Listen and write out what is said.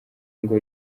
ngo